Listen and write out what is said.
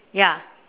ya